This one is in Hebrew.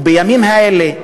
ובימים האלה,